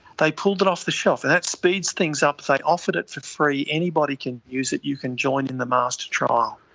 they pulled it off the shelf and that speeds things up. they offered it for free, anybody can use it, you can join in the master trial.